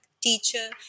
teacher